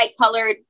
colored